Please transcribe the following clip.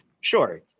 Sure